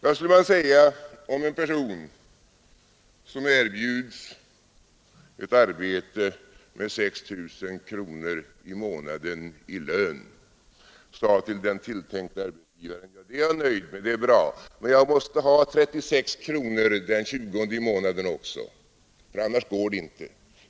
Vad skulle man säga, om en person, som erbjuds ett arbete med 6 000 kronor i månaden i lön, sade till den tilltänkte arbetsgivaren: Ja, det är jag nöjd med. Det är bra. Men jag måste ha 36 kronor den 20:e i månaden också, för annars går det inte.